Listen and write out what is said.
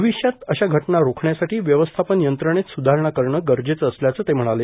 भविष्यात अशा घटना रोखण्यासाठी व्यवस्थापन यंत्रणेत सुधारणा करणं गरजेचं असल्याचं ते म्हणाले